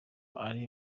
ari